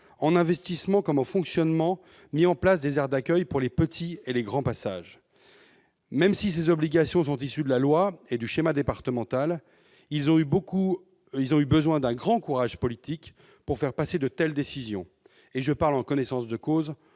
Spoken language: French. en investissement qu'en fonctionnement, des aires d'accueil pour les petits et les grands passages. Même si ces obligations sont issues de la loi et du schéma départemental, ils ont eu besoin d'un grand courage politique pour faire passer de telles décisions- je parle ici en connaissance de cause,